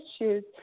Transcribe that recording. issues